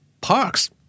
parks